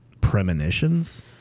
premonitions